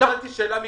שאלתי שאלה מקצועית,